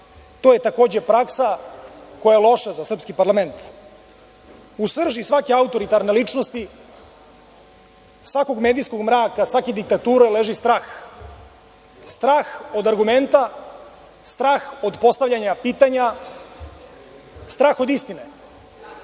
To je takođe praksa koja je loša za srpski parlament.U srži svake autoritarne ličnosti, svakog medijskog mraka, svake diktature, leži strah, strah od argumenta, strah od postavljanja pitanja, strah od istine.